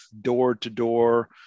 door-to-door